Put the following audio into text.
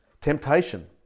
Temptation